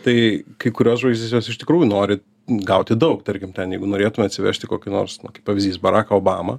tai kai kurios žvaigždės jos iš tikrųjų nori gauti daug tarkim ten jeigu norėtum atsivežti kokį nors na kaip pavyzdys baraką obamą